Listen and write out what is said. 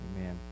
Amen